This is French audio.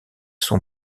son